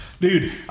Dude